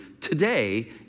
today